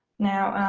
now